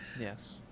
yes